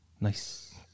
Nice